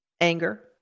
anger